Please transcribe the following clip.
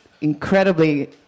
incredibly